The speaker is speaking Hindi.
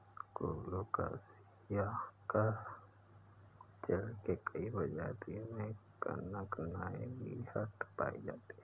कोलोकासिआ जड़ के कई प्रजातियों में कनकनाहट पायी जाती है